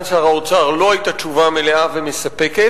שר האוצר לא היתה תשובה מלאה ומספקת,